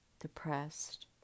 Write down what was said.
depressed